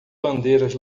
bandeiras